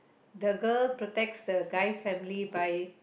the girl protect the guy family by